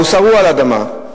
הוא שרוע על האדמה.